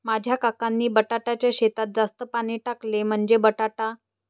माझ्या काकांनी बटाट्याच्या शेतात जास्त पाणी टाकले, म्हणजे बटाटा